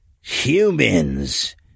Humans